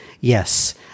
Yes